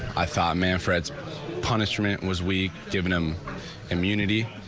i thought man frets punishment was we give him him immunity.